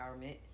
empowerment